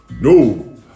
No